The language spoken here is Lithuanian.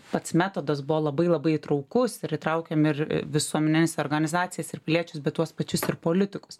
pats metodas buvo labai labai įtraukus ir įtraukėm ir visuomenines organizacijas ir piliečius bet tuos pačius ir politikus